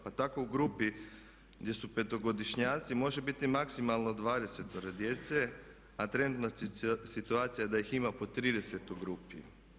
Pa tako u grupi gdje su petogodišnjaci može biti maksimalno 20 djece a trenutna situacija je da ih ima po 30 u grupi.